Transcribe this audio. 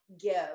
give